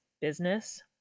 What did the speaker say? business